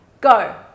go